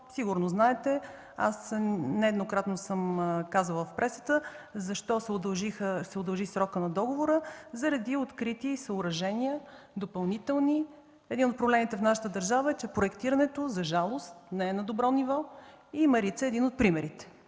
Сигурно знаете, нееднократно съм казвала в пресата защо продължи срокът на договора – заради открити допълнителни съоръжения. Един от проблемите в нашата държава е, че проектирането, за жалост, не е на добро ниво и „Марица” е един от примерите,